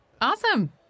Awesome